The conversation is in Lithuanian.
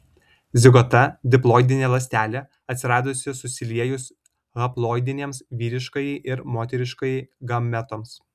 zigota diploidinė ląstelė atsiradusi susiliejus haploidinėms vyriškajai ir moteriškajai gametoms